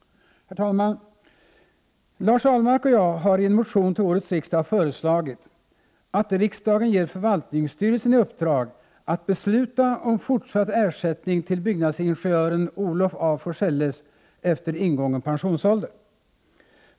Lars Ahlmark och jag har i en motion till årets riksdag föreslagit, att riksdagen ger förvaltningsstyrelsen i uppdrag att besluta om fortsatt ersättning till byggnadsingenjören Olof af Forselles efter ingången pensionsålder.